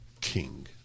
king